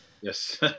Yes